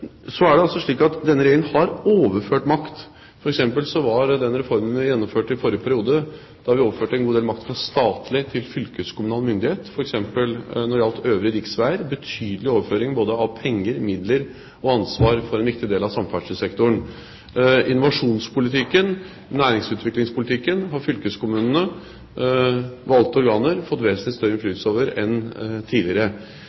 Så er det slik at denne regjeringen har overført makt. For eksempel var den reformen vi gjennomførte i forrige periode, da vi overførte en god del makt fra statlig til fylkeskommunal myndighet – f.eks. når det gjaldt øvrige riksveier – en betydelig overføring, både av penger, midler og ansvar for en viktig del av samferdselssektoren. Innovasjonspolitikken, næringsutviklingspolitikken har fylkeskommunene, valgte organer, fått vesentlig større